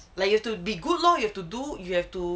like you have to be good lor you have to do you have to